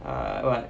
err what